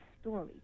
story